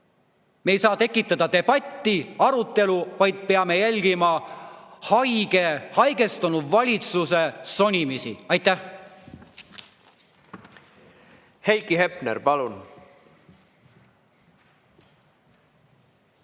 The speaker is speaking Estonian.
me ei saa tekitada debatti, arutelu, vaid peame jälgima haigestunud valitsuse sonimist. Aitäh! Head kolleegid!